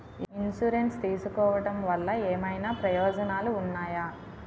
Insurance తీసుకోవటం వల్ల ఏమైనా ప్రయోజనాలు ఉన్నాయా?